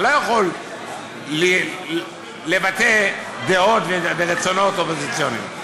אתה לא יכול לבטא דעות ורצונות אופוזיציוניים.